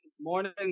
Morning